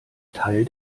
teil